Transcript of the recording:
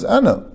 Anna